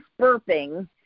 burping